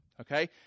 Okay